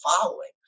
following